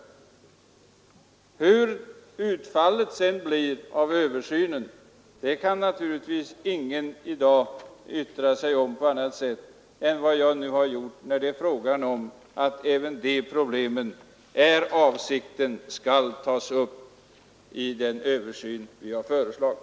Hur utfallet sedan blir av översynen kan naturligtvis ingen i dag yttra sig om, men avsikten är alltså att även de problem som herr Jonsson nämnt skall tas upp i den översyn som vi har föreslagit.